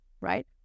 right